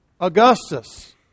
Augustus